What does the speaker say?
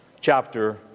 chapter